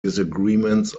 disagreements